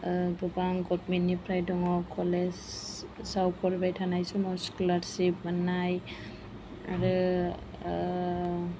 गोबां गभर्नमेन्तनिफ्राय दङ कलेजाव फरायबाय थानाय समाव स्क'लारशिप मोननाय आरो